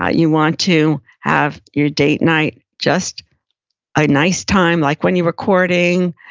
ah you want to have your date night just a nice time like when you were courting,